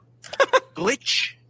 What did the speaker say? Glitch